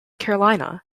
carolina